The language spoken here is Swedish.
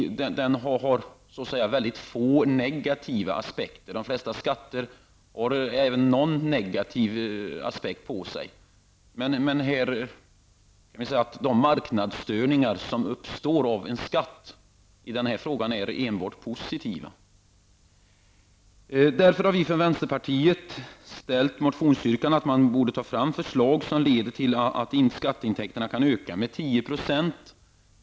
Den har mycket få negativa aspekter. De flesta skatter har någon negativ aspekt. De marknadsstörningar som uppstår av en skatt är i denna fråga enbart positiva. Vi har därför från vänsterpartiet yrkat i en motion att man borde ta fram förslag som leder till att skatteintäkterna kan öka med 10 %.